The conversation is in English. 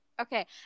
Okay